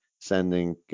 sending